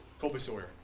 Colby-Sawyer